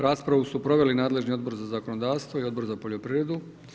Raspravu su proveli nadležni Odbor za zakonodavstvo i Odbor za poljoprivredu.